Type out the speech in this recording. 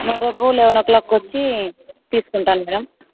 నేను రేపు లెవెన్ ఓ క్లాక్కు వచ్చి తీసుకుంటాను మ్యాడమ్